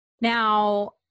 Now